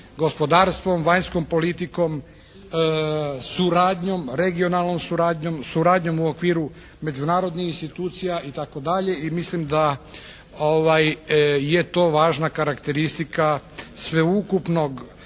gospodarstvom, vanjskom politikom, suradnjom, regionalnom suradnjom, suradnjom u okviru međunarodnih institucija itd. i mislim da je to važna karakteristika sveukupnog